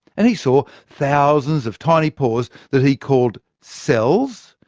and he saw thousands of tiny pores that he called cells,